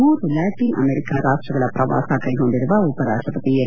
ಮೂರು Latin America ರಾಷ್ಷಗಳ ಶ್ರವಾಸ ಕ್ಲೆಗೊಂಡಿರುವ ಉಪರಾಷ್ಷಪತಿ ಎಂ